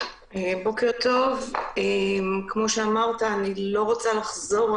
אני פותח את הדיון של ועדת המשנה לענייני השירות.